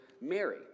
Mary